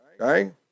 Okay